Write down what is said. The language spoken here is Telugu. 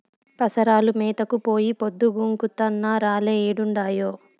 పసరాలు మేతకు పోయి పొద్దు గుంకుతున్నా రాలే ఏడుండాయో